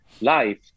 Life